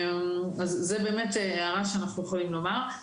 זו הערה שאנחנו יכולים לומר.